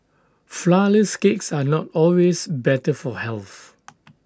Flourless Cakes are not always better for health